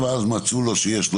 הוא מגיע, ואז מצאו לו שיש לו